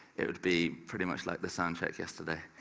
it would be pretty much like the sound check yesterday.